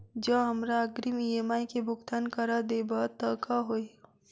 जँ हमरा अग्रिम ई.एम.आई केँ भुगतान करऽ देब तऽ कऽ होइ?